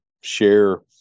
share